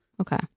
Okay